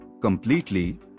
completely